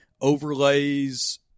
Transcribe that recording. overlays